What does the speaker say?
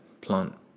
plant